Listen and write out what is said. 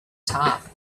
top